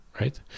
right